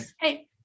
hey